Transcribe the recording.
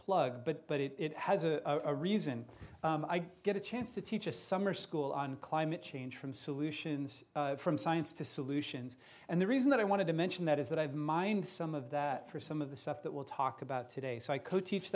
plug but but it has a reason i get a chance to teach a summer school on climate change from solutions from science to solutions and the reason that i wanted to mention that is that i have mined some of that for some of the stuff that we'll talk about today so i could teach